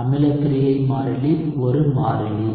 அமில பிரிகை மாறிலி ஒரு மாறிலி